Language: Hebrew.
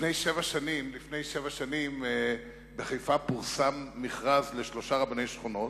לפני שבע שנים פורסם בחיפה מכרז לשלושה רבני שכונות.